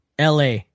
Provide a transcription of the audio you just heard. LA